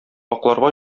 акларга